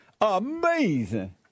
Amazing